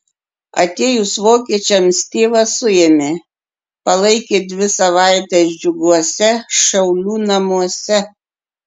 atėjus vokiečiams tėvą suėmė palaikė dvi savaites džiuguose šaulių namuose